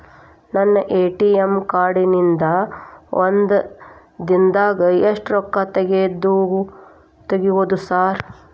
ನನ್ನ ATM card ನಿಂದಾ ಒಂದ್ ದಿಂದಾಗ ಎಷ್ಟ ರೊಕ್ಕಾ ತೆಗಿಬೋದು ಸಾರ್?